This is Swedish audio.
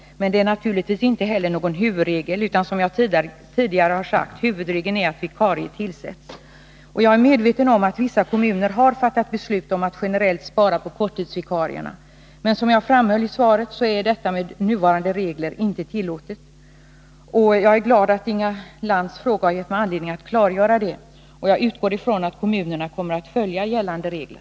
Men det är naturligtvis inte heller någon huvudregel, utan huvudregeln är — som jag tidigare har sagt — att vikarier tillsätts. Jag är medveten om att vissa kommuner har fattat beslut om att generellt spara på korttidsvikarierna. Men som jag framhöll i svaret är detta med nuvarande regler inte tillåtet. Jag är glad att Inga Lantz fråga har givit mig anledning att klargöra detta, och jag utgår från att kommunerna kommer att följa gällande regler.